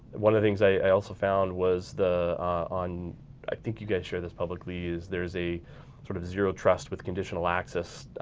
one of the things i also found was the i think you guys shared this publicly, is there's a sort of zero trust with conditional access,